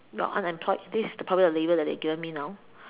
you are unemployed this the probably a label that they have given me now